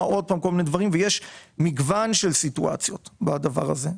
באמת יש מגוון של סיטואציות בדבר הזה.